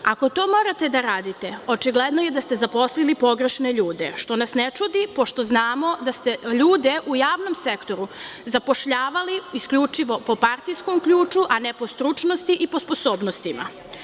Ako to morate da radite, očigledno je da ste zaposlili pogrešne ljude, što nas ne čudi, pošto znamo da ste ljude u javnom sektoru zapošljavali isključivo po partijskom ključu, a ne po stručnosti i po sposobnosti.